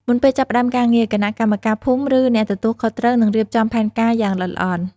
មុនពេលចាប់ផ្ដើមការងារ គណៈកម្មការភូមិ ឬអ្នកទទួលខុសត្រូវ នឹងរៀបចំផែនការយ៉ាងល្អិតល្អន់។